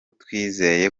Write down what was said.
twizeye